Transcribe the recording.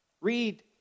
Read